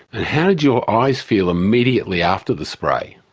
and how did your eyes feel immediately after the spray?